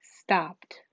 Stopped